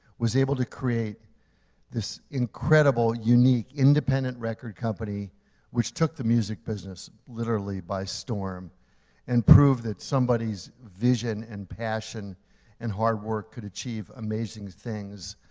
was able to create this incredible, unique, independent record company which took the music business literally by storm and proved that somebody's vision and passion and hard work could achieve amazing things.